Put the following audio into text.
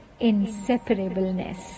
inseparableness